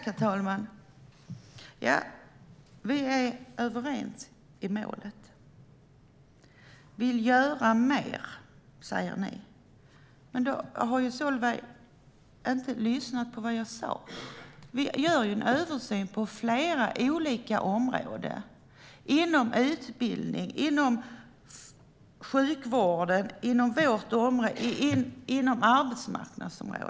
Herr talman! Ja, vi överens om målet. Du säger att ni vill göra mer, Solveig, men då har du inte lyssnat på vad jag sa. Vi gör en översyn på flera olika områden - utbildning, sjukvård och arbetsmarknad.